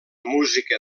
música